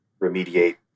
remediate